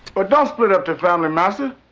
but don't split up the family, master.